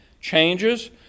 changes